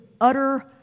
utter